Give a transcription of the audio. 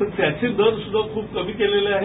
तर त्याचे दर सुद्धा खूप कमी केलेले आहेत